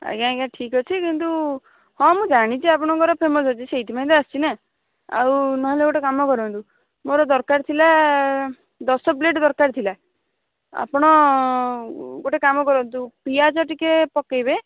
ଆଜ୍ଞା ଆଜ୍ଞା ଠିକ୍ ଅଛି କିନ୍ତୁ ହଁ ମୁଁ ଜାଣିଛି ଆପଣଙ୍କର ଫେମସ୍ ଅଛି ସେଇଥିପାଇଁ ତ ଆସିଛିନା ଆଉ ନହେଲେ ଗୋଟେ କାମ କରନ୍ତୁ ମୋର ଦରକାର ଥିଲା ଦଶ ପ୍ଲେଟ୍ ଦରକାର ଥିଲା ଆପଣ ଗୋଟେ କାମ କରନ୍ତୁ ପିଆଜ ଟିକିଏ ପକେଇବେ